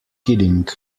kidding